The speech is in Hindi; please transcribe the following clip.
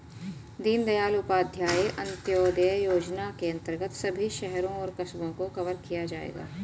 दीनदयाल उपाध्याय अंत्योदय योजना के अंतर्गत सभी शहरों और कस्बों को कवर किया जाएगा